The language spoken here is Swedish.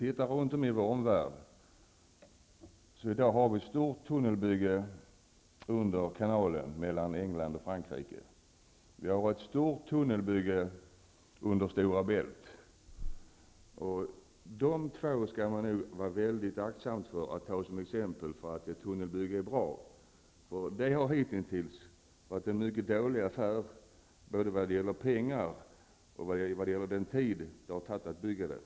I vår omvärld pågår det i dag ett stort tunnelbygge under Kanalen mellan England och Frankrike och ett stort tunnelbygge under Stora Bält. Man skall akta sig för att ta de två tunnelbyggena som exempel på att ett tunnelbygge är bra. De har hitintills utgjort en dålig affär både när det gäller pengar och den tid som har åtgått för att bygga dem.